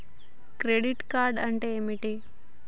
Credit card అంటే ఏమిటి?